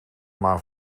maar